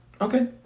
okay